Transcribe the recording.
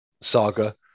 saga